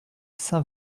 saint